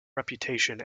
reputation